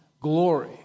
glory